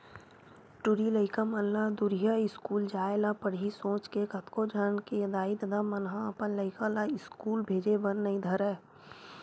टूरी लइका मन ला दूरिहा इस्कूल जाय ल पड़ही सोच के कतको झन के दाई ददा मन ह अपन लइका ला इस्कूल भेजे बर नइ धरय